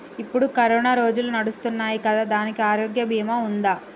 ఇప్పుడు కరోనా రోజులు నడుస్తున్నాయి కదా, దానికి ఆరోగ్య బీమా ఉందా?